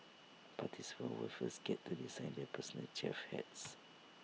participants will first get to design their personal chef hats